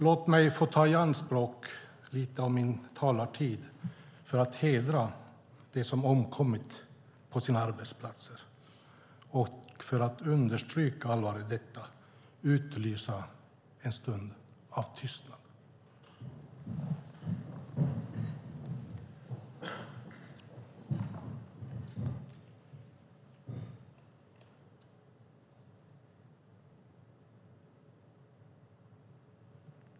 Låt mig, herr talman, ta i anspråk lite av min talartid för att hedra dem som har omkommit på sina arbetsplatser och för att understryka allvaret i detta utlysa en stund av tystnad.